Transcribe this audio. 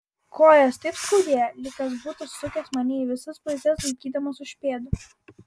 kojas taip skaudėjo lyg kas būtų sukęs mane į visas puses laikydamas už pėdų